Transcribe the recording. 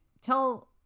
tell